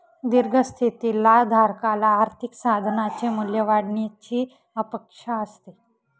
दीर्घ स्थितीतील धारकाला आर्थिक साधनाचे मूल्य वाढण्याची अपेक्षा असते